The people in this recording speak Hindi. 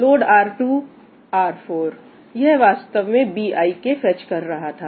लोड R2 R4 यह वास्तव में bkj फेच कर रहा था